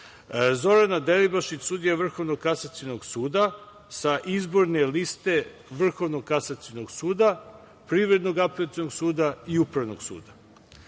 Zorana Delibašić, sudija Vrhovnog kasacionog suda, sa izborne liste Vrhovnog kasacionog suda, Privrednog apelacionog suda i Upravnog suda;